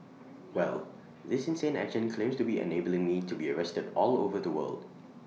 well this insane action claims to be enabling me to be arrested all over the world